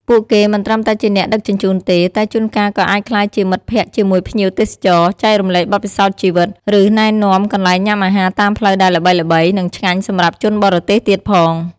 ពួកគេមិនត្រឹមតែជាអ្នកដឹកជញ្ជូនទេ តែជួនកាលក៏អាចក្លាយជាមិត្តភក្តិជាមួយភ្ញៀវទេសចរ ចែករំលែកបទពិសោធន៍ជីវិត ឬណែនាំកន្លែងញ៉ាំអាហារតាមផ្លូវដែលល្បីៗ និងឆ្ងាញ់សម្រាប់ជនបរទេសទៀតផង។